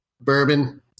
Bourbon